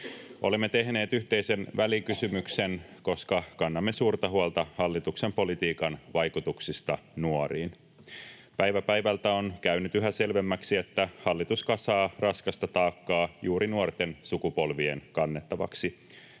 Olemme tehneet yhteisen välikysymyksen, koska kannamme suurta huolta hallituksen politiikan vaikutuksista nuoriin. Päivä päivältä on käynyt yhä selvemmäksi, että hallitus kasaa raskasta taakkaa juuri nuorten sukupolvien kannettavaksi